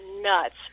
nuts